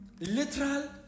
literal